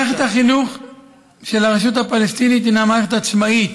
מערכת החינוך של הרשות הפלסטינית הינה מערכת עצמאית